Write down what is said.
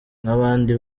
nk’abandi